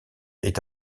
est